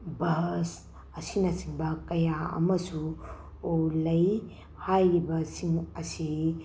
bus ꯑꯁꯤꯅꯆꯤꯡꯕ ꯀꯌꯥ ꯑꯃꯁꯨ ꯂꯩ ꯍꯥꯏꯔꯤꯕꯁꯤꯡ ꯑꯁꯤ